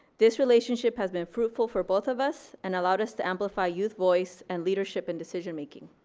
this relationship has been fruitful for both of us and allowed us to amplify youth voice and leadership and decision making.